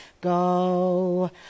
go